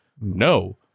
No